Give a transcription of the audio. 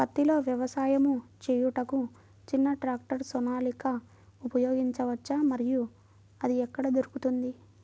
పత్తిలో వ్యవసాయము చేయుటకు చిన్న ట్రాక్టర్ సోనాలిక ఉపయోగించవచ్చా మరియు అది ఎక్కడ దొరుకుతుంది?